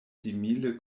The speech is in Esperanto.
simile